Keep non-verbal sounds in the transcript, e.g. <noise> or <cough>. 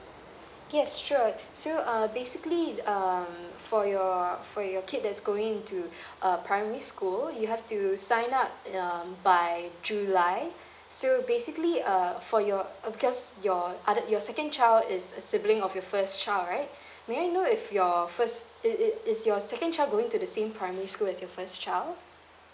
yes sure so uh basically um for your for your kid that's going into uh primary school you have to sign up um by july so basically uh for your uh because your other your second child is a sibling of your first child right <breath> may I know if your first is it is your second child going to the same primary school as your first child